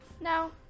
no